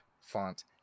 font